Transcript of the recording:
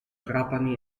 trapani